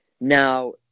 Now